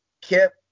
Kip